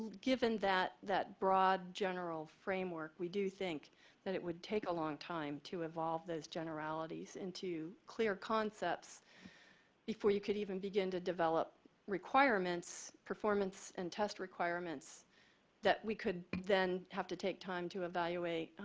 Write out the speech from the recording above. given that that broad general framework, we do think that it would take a long time to evolve those generalities into clear concepts before you could even begin to develop requirements, performance and test requirements that we could then have to take time to evaluate,